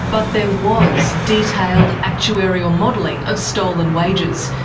but there was detailed actuarial modelling of stolen wages,